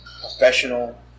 professional